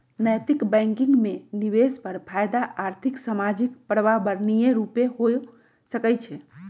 नैतिक बैंकिंग में निवेश पर फयदा आर्थिक, सामाजिक, पर्यावरणीय रूपे हो सकइ छै